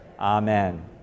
Amen